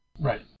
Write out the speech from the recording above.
Right